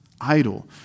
idle